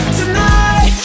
tonight